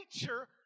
nature